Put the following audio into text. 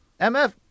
MF